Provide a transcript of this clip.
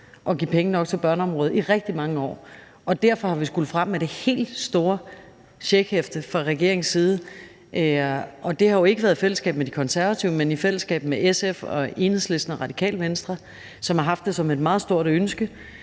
at give penge nok til børneområdet i rigtig mange år, og at vi derfor har skullet frem med det helt store checkhæfte fra regeringens side, og det har jo ikke været i fællesskab med De Konservative, men i fællesskab med SF, Enhedslisten og Radikale Venstre, som har haft det som et meget stort ønske,